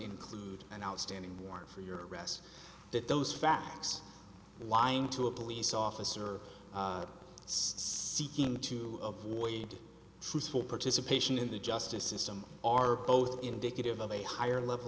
include an outstanding warrant for your arrest that those facts lying to a police officer seeking to avoid truthful participation in the justice system are both indicative of a higher level